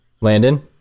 Landon